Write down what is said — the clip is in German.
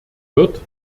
wird